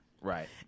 right